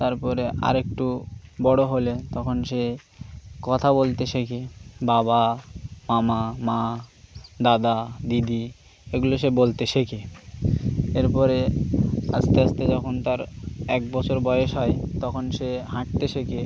তারপরে আর একটু বড়ো হলে তখন সে কথা বলতে শেখে বাবা মামা মা দাদা দিদি এগুলো সে বলতে শেখে এরপরে আস্তে আস্তে যখন তার এক বছর বয়েস হয় তখন সে হাঁটতে শেখে